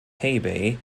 hebei